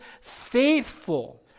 faithful